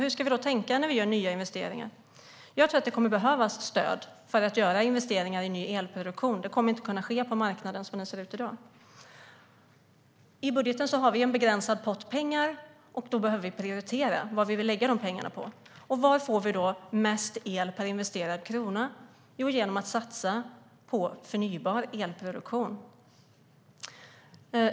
Hur ska vi då tänka när vi gör nya investeringar? Jag tror att det kommer att behövas stöd för att göra investeringar i ny elproduktion. Det kommer inte att kunna ske på marknaden som den ser ut i dag. I budgeten har vi en begränsad pott med pengar, och då behöver vi prioritera vad vi vill lägga de pengarna på. Hur får vi då mest el per investerad krona? Jo, genom att satsa på förnybar elproduktion.